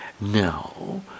now